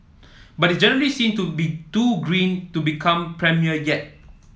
but generally seen to be too green to become premier yet